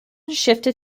shifted